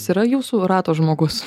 jis yra jūsų rato žmogus